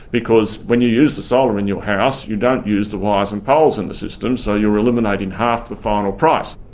because when you use the solar in your house, you don't use the wires and poles in the system, so you're eliminating half the final price.